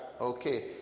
Okay